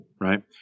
right